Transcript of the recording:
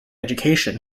education